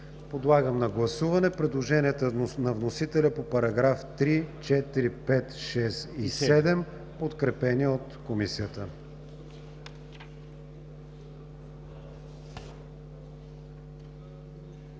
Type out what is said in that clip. Подлагам на гласуване предложенията на вносителя за параграфи 3, 4, 5, 6 и 7, подкрепени от Комисията.